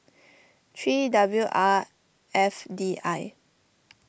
three W R F D I